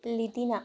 ലിതിന